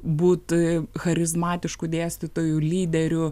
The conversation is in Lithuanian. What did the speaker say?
būt charizmatišku dėstytoju lyderiu